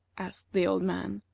asked the old man.